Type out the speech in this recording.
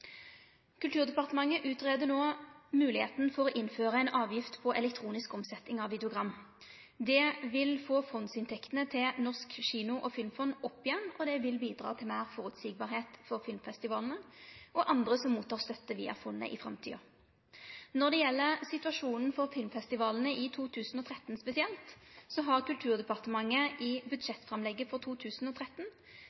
Kulturdepartementet greier no ut om det er mogleg å innføre ei avgift på elektronisk omsetning av videogram. Dette vil få fondsinntektene til Norsk kino- og filmfond opp igjen og bidra til meir føreseielegheit for filmfestivalane og andre som tek imot støtte via fondet i framtida. Når det gjeld situasjonen for filmfestivalane i 2013 spesielt, har Kulturdepartementet i